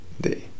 day